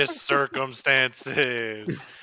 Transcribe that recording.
Circumstances